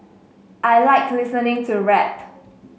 I like listening to rap